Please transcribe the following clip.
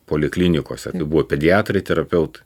poliklinikose buvo pediatrai terapeutai